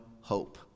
hope